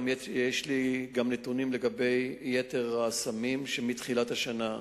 יש לי גם נתונים לגבי יתר הסמים מתחילת השנה.